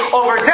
over